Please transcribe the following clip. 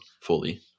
fully